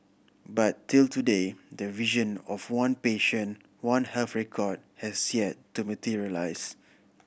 but till today the vision of one patient One Health record has yet to materialise